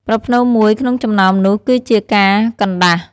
ប្រផ្នូលមួយក្នុងចំណោមនោះគឺជាការកណ្ដាស់។